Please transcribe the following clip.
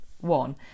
one